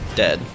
dead